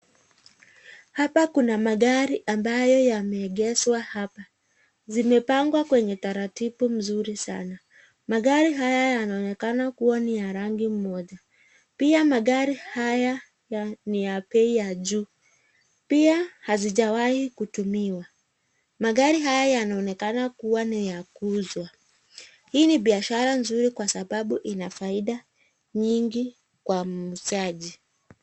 Hapa kuna magari ambayo yameegezwa hapa. Zimepangwa kwenye taratibu mzuri sana. Magari haya yanaonekana kuwa ni ya rangi moja. Pia magari haya ni ya bei ya juu. Pia hazijawahi kutumiwa. Magari haya yanaonekana kuwa ni ya kuuzwa. Hii ni biashara nzuri kwa sababu ina faida nyingi kwa muuzaji.